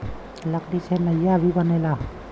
लकड़ी से नईया भी बनेला